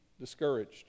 discouraged